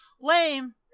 lame